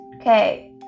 Okay